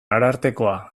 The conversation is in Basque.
arartekoa